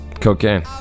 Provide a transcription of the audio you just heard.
cocaine